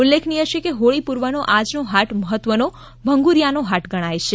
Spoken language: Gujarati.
ઉલ્લેખનીય છે કે હોળી પૂર્વનો આજનો હાટ મહત્વનો ભંગુરીયાનો હાટ ગણાય છે